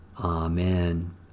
Amen